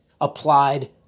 applied